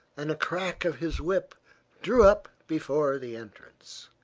and a crack of his whip drew up before the entrance.